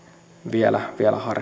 vielä harkitaan